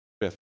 Fifth